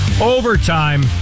overtime